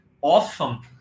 awesome